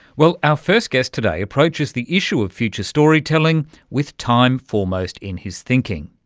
well, our first guest today approaches the issue of future storytelling with time foremost in his thinking.